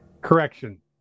Correction